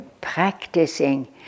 practicing